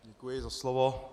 Děkuji za slovo.